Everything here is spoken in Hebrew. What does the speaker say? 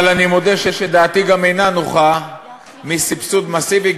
אבל אני מודה שדעתי גם אינה נוחה מסבסוד מסיבי,